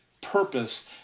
purpose